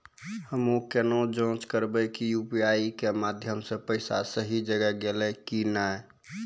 हम्मय केना जाँच करबै की यु.पी.आई के माध्यम से पैसा सही जगह गेलै की नैय?